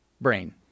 brain